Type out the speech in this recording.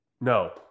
No